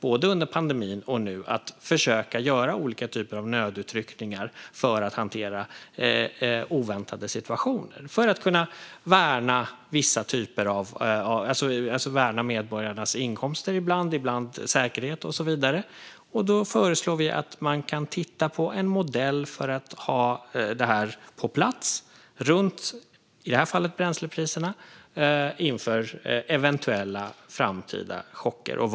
Både under pandemin och nu har vi försökt göra olika typer av nödutryckningar för att hantera oväntade situationer, för att kunna värna medborgarnas inkomster ibland, säkerhet ibland och så vidare. Vi föreslår att man kan titta på en modell för att ha det här på plats inför eventuella framtida chocker; i det här fallet gäller det bränslepriserna.